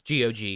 GOG